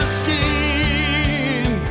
skin